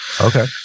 Okay